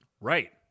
right